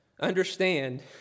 understand